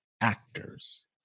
actors